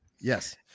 Yes